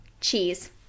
Cheese